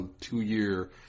two-year